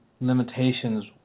limitations